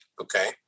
Okay